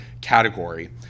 category